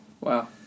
Wow